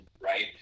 right